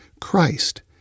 Christ